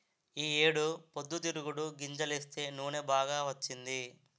ఈ ఏడు పొద్దుతిరుగుడు గింజలేస్తే నూనె బాగా వచ్చింది